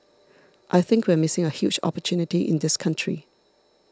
I think we're missing a huge opportunity in this country